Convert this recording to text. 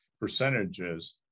percentages